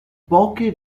poche